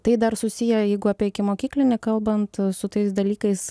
tai dar susiję jeigu apie ikimokyklinį kalbant su tais dalykais